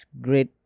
great